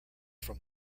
from